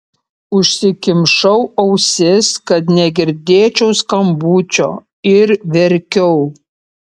užsikimšau ausis kad negirdėčiau skambučio ir verkiau